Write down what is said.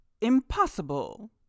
impossible